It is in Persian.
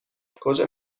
کجا